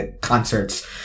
concerts